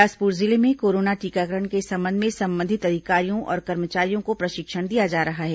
बिलासपुर जिले में कोरोना टीकाकरण के संबंध में संबंधित अधिकारियों और कर्मचारियों को प्रशिक्षण दिया जा रहा है